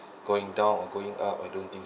going down or going up I don't think